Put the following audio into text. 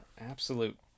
absolute